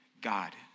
God